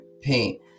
paint